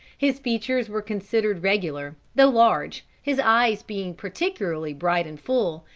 his features were considered regular, though large, his eyes being particularly bright and full,